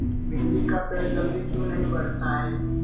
भिंडी का पेड़ जल्दी क्यों नहीं बढ़ता हैं?